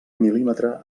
mil·límetre